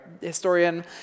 historian